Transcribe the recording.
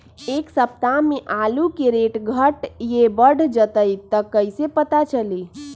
एक सप्ताह मे आलू के रेट घट ये बढ़ जतई त कईसे पता चली?